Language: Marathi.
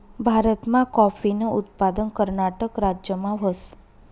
भारतमा काॅफीनं उत्पादन कर्नाटक राज्यमा व्हस